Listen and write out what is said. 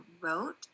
wrote